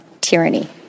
tyranny